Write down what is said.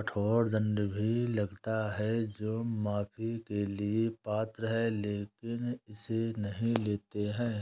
कठोर दंड भी लगाता है जो माफी के लिए पात्र हैं लेकिन इसे नहीं लेते हैं